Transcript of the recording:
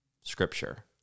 scripture